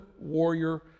Warrior